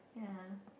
yeah